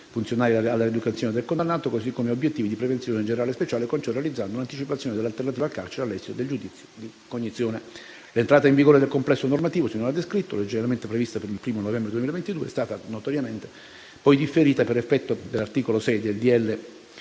funzionali alla rieducazione del condannato, così come a obiettivi di prevenzione generale e speciale, con ciò realizzando un'anticipazione dell'alternativa al carcere all'esito del giudizio di cognizione. L'entrata in vigore del complesso normativo sinora descritto, originariamente prevista per il 1° novembre 2022, è stata - come noto - differita, per effetto della previsione